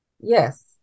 Yes